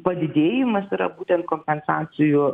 padidėjimas yra būtent kompensacijų